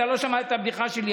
אתה לא שמעת את הבדיחה שלי,